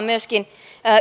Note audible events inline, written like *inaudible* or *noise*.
*unintelligible* myöskin